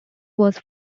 was